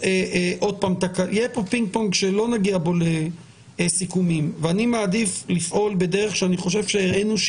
היא פגיעה של 50%. אני רוצה שתבינו שהתקנות כל